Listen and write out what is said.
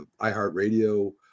iHeartRadio